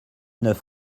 neuf